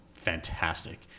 fantastic